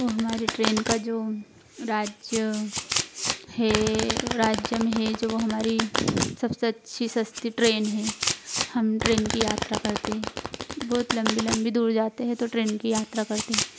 वह हमारे ट्रेन का जो राज्य है राज्य में है जब वह हमारी सबसे अच्छी सस्ती ट्रेन हे हम ट्रेन की यात्रा करते बहुत लम्बी लम्बी दूर जाते हैं तो ट्रेन की यात्रा करते हैं